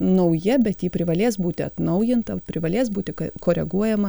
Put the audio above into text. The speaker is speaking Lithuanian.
nauja bet ji privalės būti atnaujinta privalės būti koreguojama